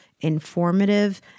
informative